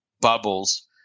bubbles